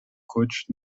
coach